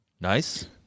Nice